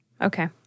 okay